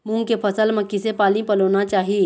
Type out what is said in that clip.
मूंग के फसल म किसे पानी पलोना चाही?